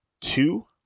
two